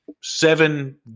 Seven